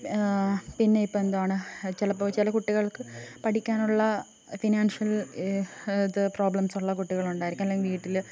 പിന്നെ ഇപ്പം എന്തുവാണ് ചിലപ്പോൾ ചില കുട്ടികൾക്ക് പഠിക്കാനുള്ള ഫിനാൻഷ്യൽ ത് പ്രോബ്ലംസുള്ള കുട്ടികളുണ്ടായിരിക്കും അല്ലെങ്കിൽ വീട്ടിൽ